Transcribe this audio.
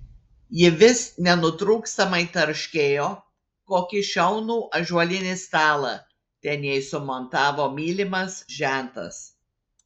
ji vis nenutrūkstamai tarškėjo kokį šaunų ąžuolinį stalą ten jai sumontavo mylimas žentas